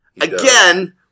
Again